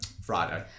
Friday